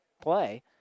play